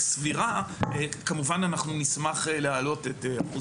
סבירה, כמובן אנחנו נשמח להעלות האחוז.